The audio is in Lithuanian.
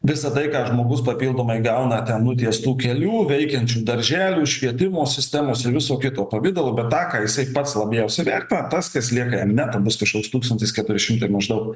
visa tai ką žmogus papildomai gauna ten nutiestų kelių veikiančių darželių švietimo sistemos ir viso kito pavidalu bet tą ką jisai pat labiausiai vertina tas kas lieka jam neto bus kažkoks tūkstantis keturi šimtai maždaug